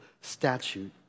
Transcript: statute